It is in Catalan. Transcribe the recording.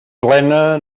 plena